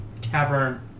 tavern